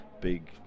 big